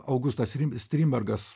augustas strindbergas